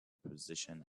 position